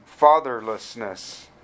fatherlessness